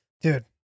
dude